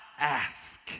ask